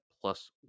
plus